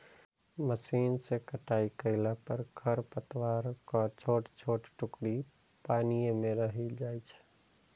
machine सं कटाइ कयला पर खरपतवारक छोट छोट टुकड़ी पानिये मे रहि जाइ छै